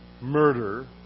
murder